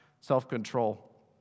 self-control